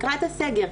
לקראת הסגר.